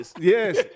Yes